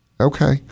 okay